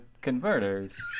converters